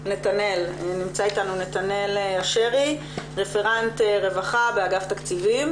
נתנאל אשרי רפרנט רווחה באגף תקציבים